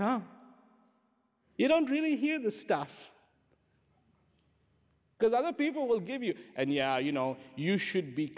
tom you don't really hear the stuff because other people will give you and yeah you know you should